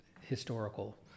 historical